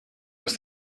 aus